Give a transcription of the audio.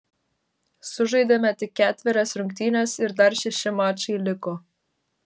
sužaidėme tik ketverias rungtynes ir dar šeši mačai liko